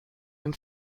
dem